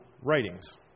writings